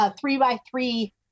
three-by-three